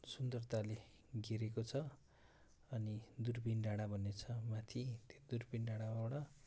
सुन्दरताले घेरेको छ अनि दुर्बिन डाँडा भन्ने छ माथि त्यो दुर्बिन डाँडाबाट